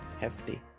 hefty